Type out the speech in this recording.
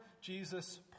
Jesus